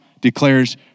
declares